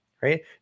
right